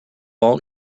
all